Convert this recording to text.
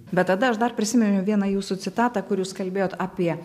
bet tada aš dar prisiminiau vieną jūsų citatą kur jūs kalbėjot apie